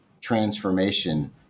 transformation